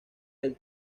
del